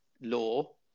law